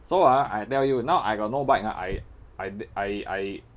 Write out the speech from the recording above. so ah I tell you now I got no bike ah I I I